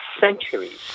centuries